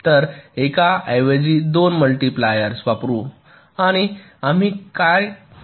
तर एकाऐवजी 2 मालतीप्लर वापरू आणि आम्ही काय करीत आहोत